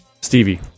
Stevie